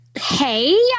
Hey